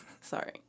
Sorry